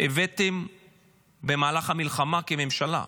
הבאתם במהלך המלחמה כממשלה,